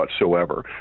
whatsoever